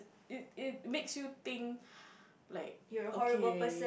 it it makes you think like okay